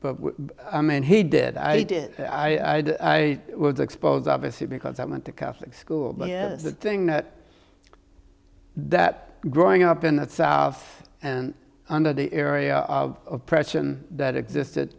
but i mean he did i did i was exposed obviously because i went to catholic school but the thing that that growing up in the south and under the area of oppression that existed